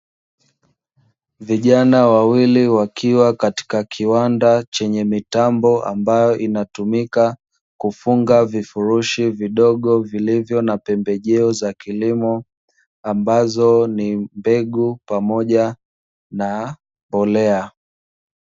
Vijana wawili wakiwa katika kiwanda chenye mitambo ambayo inatumika kufunga vifurushi vidogo vilivyo na pembejeo za kilimo, ambazo ni mbegu pamoja na mbolea.